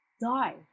die